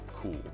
cool